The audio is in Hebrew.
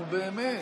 נו, באמת.